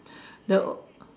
the o~